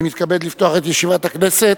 אני מתכבד לפתוח את ישיבת הכנסת.